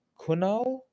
Kunal